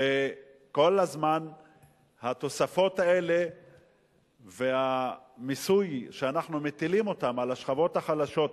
וכל הזמן התוספות האלה והמיסוי שאנחנו מטילים על השכבות החלשות,